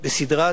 בסדרת